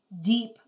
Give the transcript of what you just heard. deep